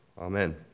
amen